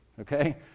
okay